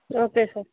okay sir